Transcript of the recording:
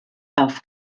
auf